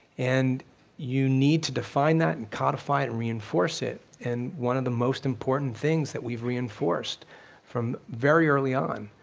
and you need to define that and codify it and reinforce it and one of the most important things that we've reinforced from very early on,